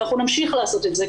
ואנחנו נמשיך לעשות את זה,